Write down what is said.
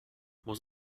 muss